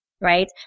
right